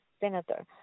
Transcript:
senator